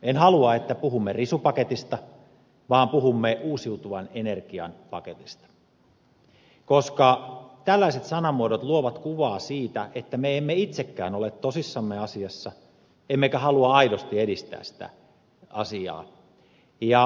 en halua että puhumme risupaketista vaan haluan että puhumme uusiutuvan energian paketista koska tällaiset sanamuodot luovat kuvaa siitä että me emme itsekään ole tosissamme asiassa emmekä halua aidosti edistää sitä asiaa